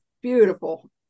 Beautiful